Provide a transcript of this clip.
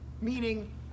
meaning